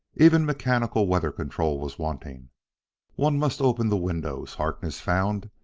even mechanical weather-control was wanting one must open the windows, harkness found,